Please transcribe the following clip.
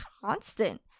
constant